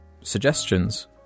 suggestions